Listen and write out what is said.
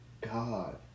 God